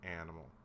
animal